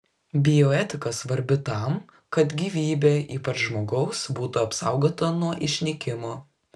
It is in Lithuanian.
bioetika svarbi tam kad gyvybė ypač žmogaus būtų apsaugota nuo išnykimo